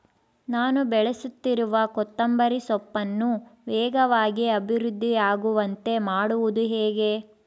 ನಾನು ಬೆಳೆಸುತ್ತಿರುವ ಕೊತ್ತಂಬರಿ ಸೊಪ್ಪನ್ನು ವೇಗವಾಗಿ ಅಭಿವೃದ್ಧಿ ಆಗುವಂತೆ ಮಾಡುವುದು ಹೇಗೆ?